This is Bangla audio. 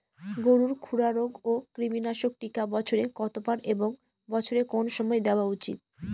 গরুর খুরা রোগ ও কৃমিনাশক টিকা বছরে কতবার এবং বছরের কোন কোন সময় দেওয়া উচিৎ?